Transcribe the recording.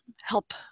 help